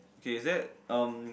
K is that um